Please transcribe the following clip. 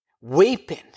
weeping